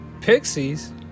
pixies